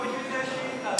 לא בשביל זה יש שאילתה,